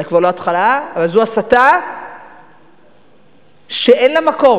אולי כבר לא התחלה, אבל זו הסתה שאין לה מקום.